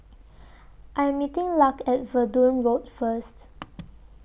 I Am meeting Lark At Verdun Road First